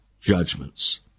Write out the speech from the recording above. judgments